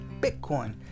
BITCOIN